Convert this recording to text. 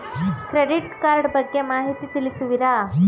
Credit card ಬಗ್ಗೆ ಮಾಹಿತಿ ತಿಳಿಸುವಿರಾ?